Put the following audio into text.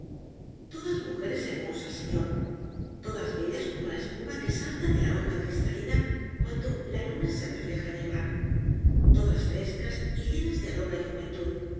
todas mujeres hermosas señor todas bellas como la espuma que salta de la onda cristalina cuando la luna se refleja en el mar todas frescas y llenas de aroma y juventud